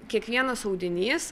kiekvienas audinys